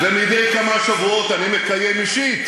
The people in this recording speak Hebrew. ומדי כמה שבועות אני מקיים אישית